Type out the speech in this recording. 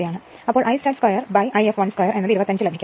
അപ്പോൾ I start 2I fl 2 എന്ന് ഉള്ളത് 25 ലഭിക്കും